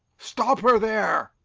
stop her there!